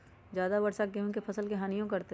ज्यादा वर्षा गेंहू के फसल के हानियों करतै?